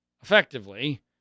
effectively